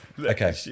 Okay